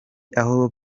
aho